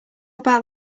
about